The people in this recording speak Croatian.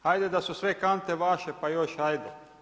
Hajde da su sve kante vaše, pa još hajde.